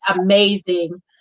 amazing